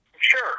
Sure